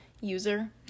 user